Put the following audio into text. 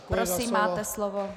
Prosím, máte slovo.